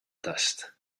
dust